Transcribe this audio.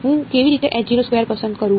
હું કેવી રીતે પસંદ કરું